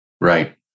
Right